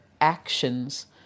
actions